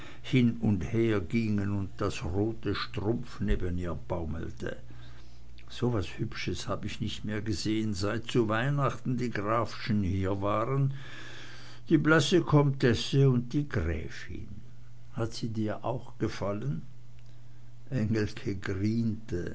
hin und her gingen und der rote strumpf neben ihr baumelte so was hübsches hab ich nicht mehr gesehn seit zu weihnachten die grafschen hier waren die blasse comtesse und die gräfin hat sie dir auch gefallen engelke